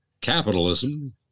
capitalism